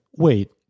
wait